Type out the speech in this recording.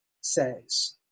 says